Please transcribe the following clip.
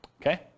Okay